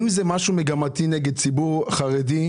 אם זה משהו מגמתי נגד ציבור החרדי,